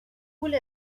پول